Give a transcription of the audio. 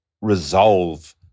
resolve